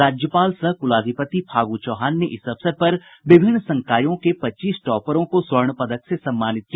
राज्यपाल सह कुलाधिपति फागू चौहान ने इस अवसर पर विभिन्न संकायों के पच्चीस टॉपरों को स्वर्ण पदक से सम्मानित किया